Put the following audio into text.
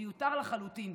מיותר לחלוטין.